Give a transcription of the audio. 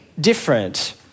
different